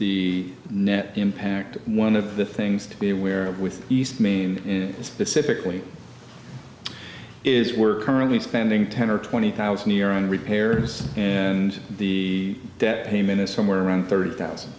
the net impact one of the things to be aware of with east me in a specific way is we're currently spending ten or twenty thousand a year on repairs and the debt payment is somewhere around thirty thousand